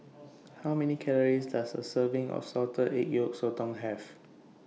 How Many Calories Does A Serving of Salted Egg Yolk Sotong Have